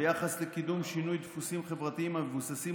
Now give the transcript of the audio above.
ביחס לקידום שינוי דפוסים חברתיים המבוססים